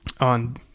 on